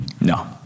no